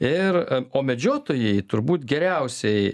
ir o medžiotojai turbūt geriausiai